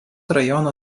rajono